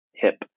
hip